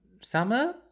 Summer